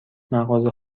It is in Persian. مغازه